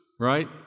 right